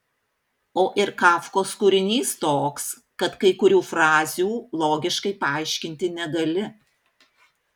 o ir kafkos kūrinys toks kad kai kurių frazių logiškai paaiškinti negali